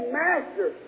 master